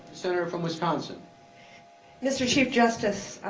senator from wisconsin mr. chief justice,